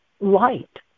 light